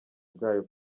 bwayo